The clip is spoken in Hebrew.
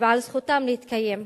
ועל זכותם להתקיים.